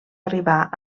arribar